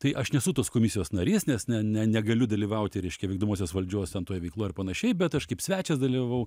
tai aš nesu tos komisijos narys nes ne ne negaliu dalyvauti reiškia vykdomosios valdžios ten toj veikloj ar panašiai bet aš kaip svečias dalyvavau